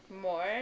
more